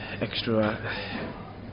extra